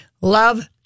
love